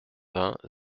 vingts